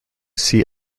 see